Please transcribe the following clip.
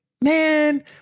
man